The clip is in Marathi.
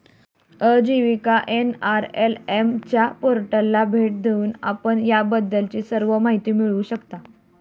आजीविका एन.आर.एल.एम च्या पोर्टलला भेट देऊन आपण याबद्दलची सर्व माहिती मिळवू शकता